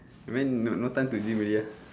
I mean no no time to gym already ah